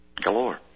galore